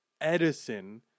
edison